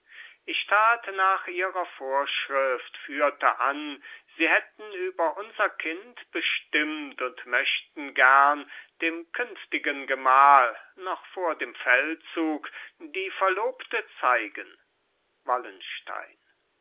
ich tat nach ihrer vorschrift führte an sie hätten über unser kind bestimmt und möchten gern dem künftigen gemahl noch vor dem feldzug die verlobte zeigen